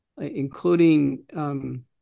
including